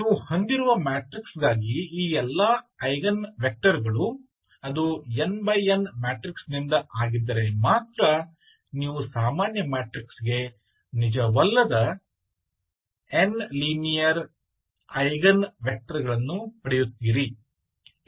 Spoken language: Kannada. ನೀವು ಹೊಂದಿರುವ ಮ್ಯಾಟ್ರಿಕ್ಸ್ಗಾಗಿ ಈ ಎಲ್ಲಾ ಐಗನ್ ವೆಕ್ಟರ್ಗಳು ಅದು n ಬೈ n ಮ್ಯಾಟ್ರಿಕ್ಸ್ನಿಂದ ಆಗಿದ್ದರೆ ಮಾತ್ರ ನೀವು ಸಾಮಾನ್ಯ ಮ್ಯಾಟ್ರಿಕ್ಸ್ಗೆ ನಿಜವಲ್ಲದ ಎನ್ ಲೀನಿಯರ ಐಗನ್ ವೆಕ್ಟರ್ಗಳನ್ನು ಪಡೆಯುತ್ತೀರಿ